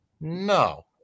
No